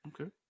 Okay